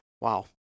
Wow